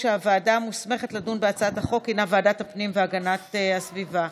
והוועדה המוסמכת לדון בחוק היא ועדת הפנים והגנת הסביבה.